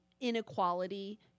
inequality